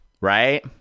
right